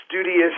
studious